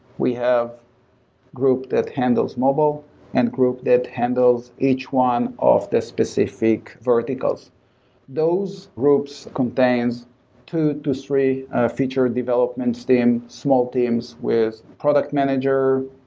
we have group that handles mobile and group that handles each one of the specific verticals those groups contains two to three feature developments team, small teams with product manager,